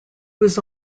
was